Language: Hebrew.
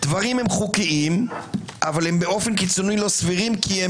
דברים הם חוקיים אבל באופן קיצוני לא סבירים כי הם